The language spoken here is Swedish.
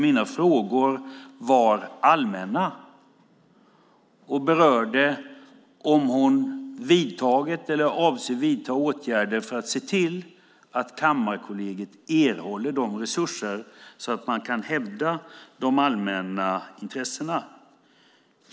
Mina frågor var allmänna och berörde om hon har vidtagit eller avser att vidta åtgärder för att se till att Kammarkollegiet erhåller resurser så att de kan hävda de allmänna intressena.